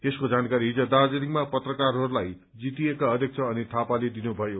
यसको जानकारी हिज दार्जीलिङमा पत्रकारहरूलाई जीटीएका अध्यक्ष अनित थापाले दिनुभयो